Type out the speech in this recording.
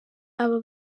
aba